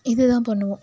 இதுதான் பண்ணுவோம்